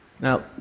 Now